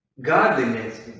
godliness